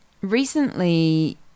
recently